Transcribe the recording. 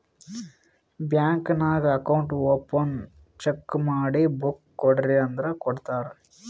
bank ನಾಗ್ account open check ಮಾಡಿ book ಕೊಡ್ರಿ ಅಂದುರ್ ಕೊಡ್ತಾರ್